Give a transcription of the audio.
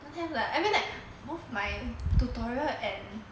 don't have lah I mean like both my tutorial and